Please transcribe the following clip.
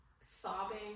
sobbing